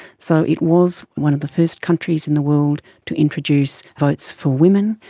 so it was one of the first countries in the world to introduce votes for women,